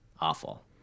Awful